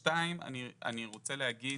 שתיים, אני רוצה להגיד,